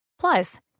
Plus